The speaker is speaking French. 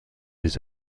ces